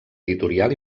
editorial